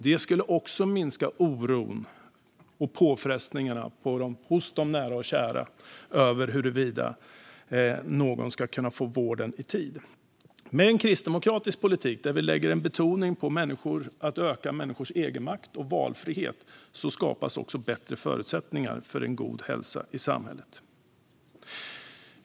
Det skulle också minska oron och påfrestningarna hos de nära och kära över huruvida någon ska kunna få vård i tid. Med en kristdemokratisk politik, där vi lägger betoning på att öka människors egenmakt och valfrihet, skapas bättre förutsättningar för en god hälsa i samhället.